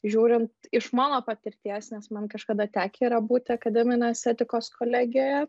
žiūrint iš mano patirties nes man kažkada tekę yra būti akademinės etikos kolegijoje